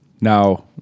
Now